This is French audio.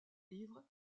livres